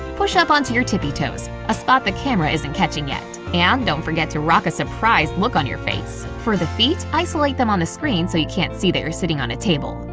push up onto your tippy toes, a spot the camera isn't catching yet. and don't forget to rock a surprised look on your face. for the feet, isolate them on the screen so you can't see that you're sitting on a table.